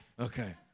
Okay